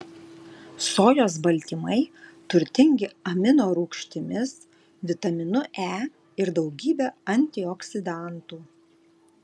sojos baltymai turtingi aminorūgštimis vitaminu e ir daugybe antioksidantų